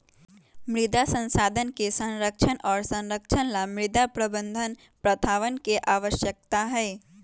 मृदा संसाधन के संरक्षण और संरक्षण ला मृदा प्रबंधन प्रथावन के आवश्यकता हई